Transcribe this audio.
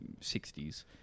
60s